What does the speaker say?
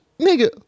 nigga